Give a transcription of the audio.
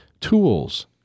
tools